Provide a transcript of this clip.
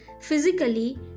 physically